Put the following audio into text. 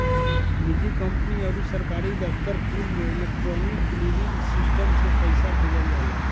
निजी कंपनी अउरी सरकारी दफ्तर कुल में इलेक्ट्रोनिक क्लीयरिंग सिस्टम से पईसा भेजल जाला